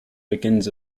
begins